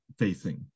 facing